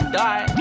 die